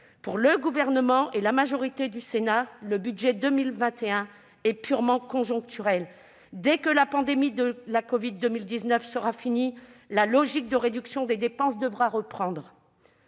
Pour le Gouvernement et la majorité du Sénat, le budget pour 2021 est purement conjoncturel : dès que la pandémie de la covid-19 sera finie, la logique de réduction des dépenses devra reprendre.